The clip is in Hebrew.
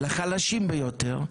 לחלשים ביותר,